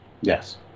Yes